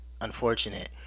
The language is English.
unfortunate